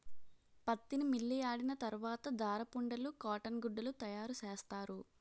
పత్తిని మిల్లియాడిన తరవాత దారపుండలు కాటన్ గుడ్డలు తయారసేస్తారు